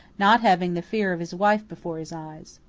not having the fear of his wife before his eyes.